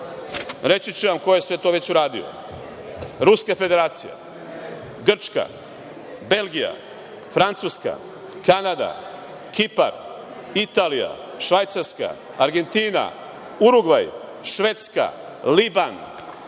Reći ću vam ko je sve to već uradio: Ruska Federacija, Grčka, Belgija, Francuska, Kanda, Kipar, Italija, Švajcarska, Argentina, Urugvaj, Švedska, Liban,